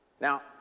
Now